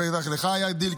בטח גם לך היה דיל,